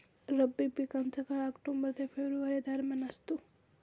रब्बी पिकांचा काळ ऑक्टोबर ते फेब्रुवारी दरम्यान असतो